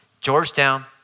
Georgetown